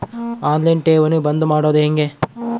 On line ಠೇವಣಿ ಬಂದ್ ಮಾಡೋದು ಹೆಂಗೆ?